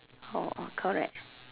orh orh correct